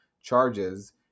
charges